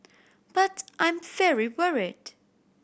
but I'm very worried